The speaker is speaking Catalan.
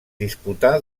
disputà